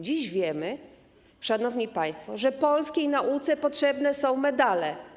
Dziś wiemy, szanowni państwo, że polskiej nauce potrzebne są medale.